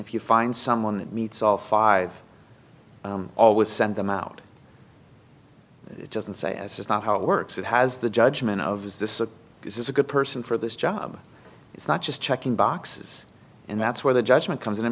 if you find someone that meets all five always send them out it doesn't say this is not how it works it has the judgment of is this a this is a good person for this job it's not just checking boxes and that's where the judgment comes in i